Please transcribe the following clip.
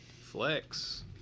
Flex